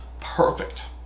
perfect